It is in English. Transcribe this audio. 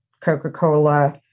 Coca-Cola